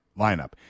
lineup